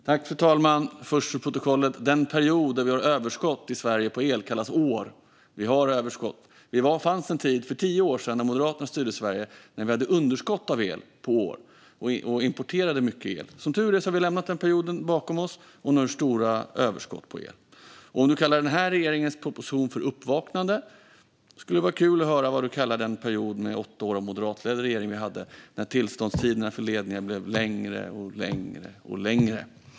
Fru talman! För protokollet vill jag först säga att den period som vi har överskott på el i Sverige kallas "år". Vi har överskott. Det fanns en tid för tio år sedan när Moderaterna styrde Sverige då vi hade underskott på el under år och importerade mycket el. Som tur är har vi lämnat den perioden bakom oss och har nu stora överskott på el. Om du kallar den här regeringens proposition för ett uppvaknande skulle det vara kul att höra vad du kallar den period på åtta år med en moderatledd regering då tillståndstiderna för ledningar blev längre och längre och längre.